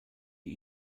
die